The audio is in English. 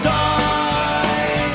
die